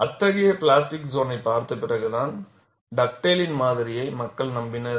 அத்தகைய பிளாஸ்டிக் சோன்னைப் பார்த்த பிறகுதான் டக்டேலின் மாதிரியை மக்கள் நம்பினர்